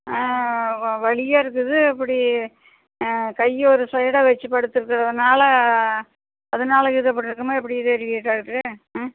வலியாக இருக்குது அப்படி கையை ஒரு சைடாக வச்சு படுத்திருக்கறதுனால அதனாலே இது அப்படி இருக்குமோ எப்படி தெரியலையே டாக்ட்ரு ஆ